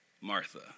Martha